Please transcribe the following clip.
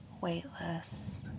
weightless